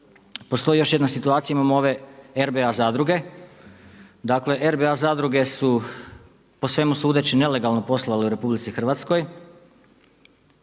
Postoji još jedna situacija. Imamo ove RBA zadruge. Dakle, RBA zadruge su po svemu sudeći nelegalno poslovale u RH, pa